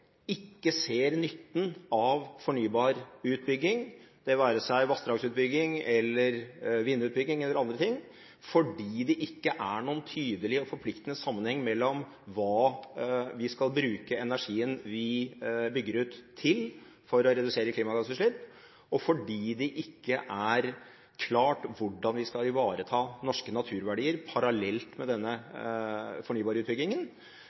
ikke ser nytten av fornybarutbygging, det være seg vassdragsutbygging, vindutbygging eller andre ting, fordi det ikke er noen tydelig og forpliktende sammenheng mellom hva vi skal bruke energien vi bygger ut til, og det å få redusert klimagassutslipp, og fordi det ikke er klart hvordan vi skal ivareta norske naturverdier parallelt med denne fornybarutbyggingen,